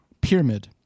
pyramid